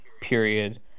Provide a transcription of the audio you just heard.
period